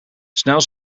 snel